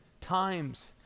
times